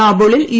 കാബൂളിൽ U